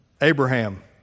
Abraham